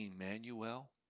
Emmanuel